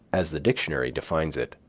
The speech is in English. as the dictionary defines it,